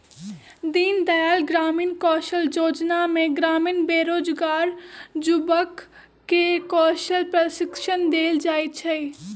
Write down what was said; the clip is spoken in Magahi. दीनदयाल ग्रामीण कौशल जोजना में ग्रामीण बेरोजगार जुबक के कौशल प्रशिक्षण देल जाइ छइ